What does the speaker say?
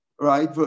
right